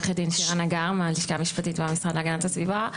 אני מהלשכה המשפטית במשרד להגנת הסביבה.